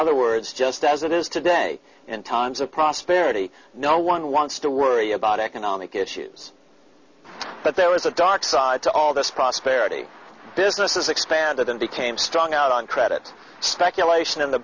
other words just as it is today in times of prosperity no one wants to worry about economic issues but there was a dark side to all this prosperity business has expanded and became strong out on credit speculation in